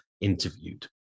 interviewed